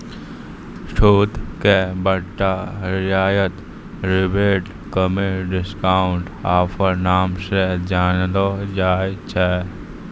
छूट के बट्टा रियायत रिबेट कमी डिस्काउंट ऑफर नाम से जानलो जाय छै